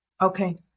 Okay